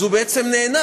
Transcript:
אז הוא בעצם נהנה.